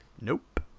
Nope